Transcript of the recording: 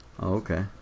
okay